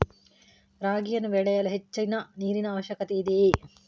ರಾಗಿಯನ್ನು ಬೆಳೆಯಲು ಹೆಚ್ಚಿನ ನೀರಿನ ಅವಶ್ಯಕತೆ ಇದೆಯೇ?